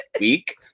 week